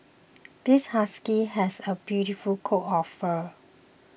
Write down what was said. this husky has a beautiful coat of fur